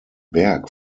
berg